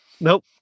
Nope